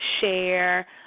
share